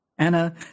Anna